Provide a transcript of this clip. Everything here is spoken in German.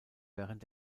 während